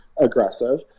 aggressive